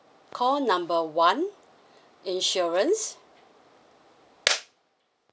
call number one insurance